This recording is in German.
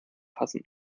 passen